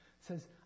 says